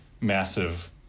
massive